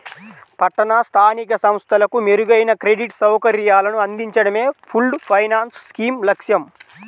పట్టణ స్థానిక సంస్థలకు మెరుగైన క్రెడిట్ సౌకర్యాలను అందించడమే పూల్డ్ ఫైనాన్స్ స్కీమ్ లక్ష్యం